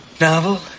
Novel